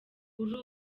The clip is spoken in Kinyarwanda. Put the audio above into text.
kuri